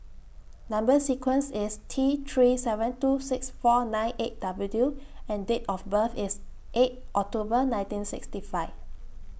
Number sequence IS T three seven two six four nine eight W two and Date of birth IS eight October nineteen sixty five